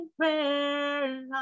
prayer